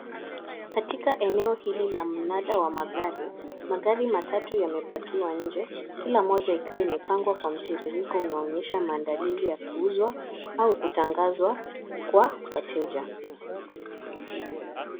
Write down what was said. Katika eneo hili la mnada wa magari, magari matatu yamepakiwa nje, kila moja ikiwa imepangwa kwa mtiririko unaonyesha maandalizi ya kuuzwa au kutangazwa kwa wateja.